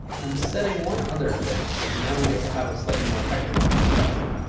i'm setting one other thing. and now we get to have a slightly more technical discussion.